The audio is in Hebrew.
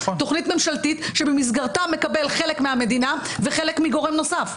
תכנית ממשלתית שבמסגרתה הוא מקבל חלק מהמדינה וחלק מגורם נוסף.